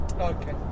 Okay